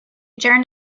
turned